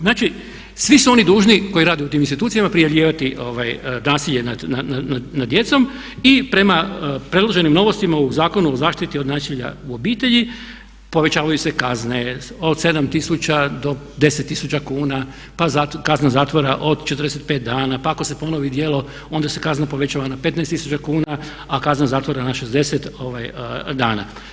Znači, svi su oni dužni koji rade u tim institucijama prijavljivati nasilje nad djecom i prema predloženim novostima u Zakonu o zaštiti od nasilja u obitelji povećavaju se kazne od 7 tisuća do 10 tisuća kuna, pa kazna zatvora od 45 dana, pa ako se ponovi djelo onda se kazna povećava na 15 tisuća kuna a kazna zatvora na 60 dana.